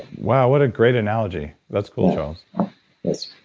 wow, what a great analogy. that's cool, charles yes.